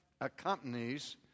accompanies